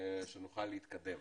שנוכל להתקדם.